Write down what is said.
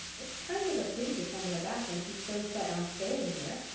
it's kind of a pity to send her back when she's so set on staying here.